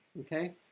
okay